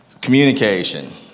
communication